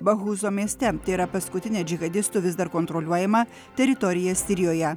bahuzo mieste tai yra paskutinę džihadistų vis dar kontroliuojamą teritoriją sirijoje